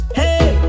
hey